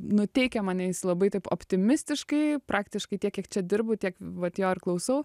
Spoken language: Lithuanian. nuteikia mane labai taip optimistiškai praktiškai tiek kiek čia dirbu tiek vat jo ir klausau